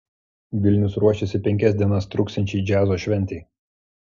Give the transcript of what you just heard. vilnius ruošiasi penkias dienas truksiančiai džiazo šventei